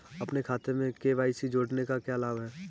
अपने खाते में के.वाई.सी जोड़ने का क्या लाभ है?